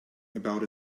about